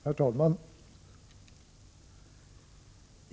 Herr talman!